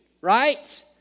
right